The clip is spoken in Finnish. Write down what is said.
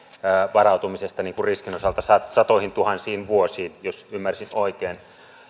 varautumisesta riskin osalta satoihintuhansiin vuosiin jos ymmärsin oikein